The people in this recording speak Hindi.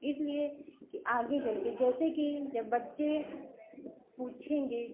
इसलिए कि आगे चलकर जैसे कि जब बच्चे पूछेंगे